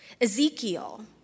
Ezekiel